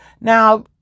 now